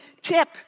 tip